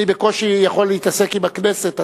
אני בקושי יכול להתעסק עם הכנסת.